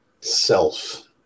self